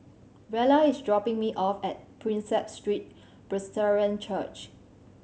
Rella is dropping me off at Prinsep Street Presbyterian Church